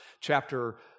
Chapter